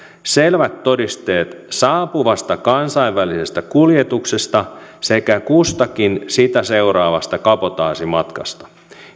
selvät todisteet saapuvasta kansainvälisestä kuljetuksesta sekä kustakin sitä seuraavasta kabotaasimatkasta